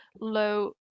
low